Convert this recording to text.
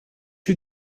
you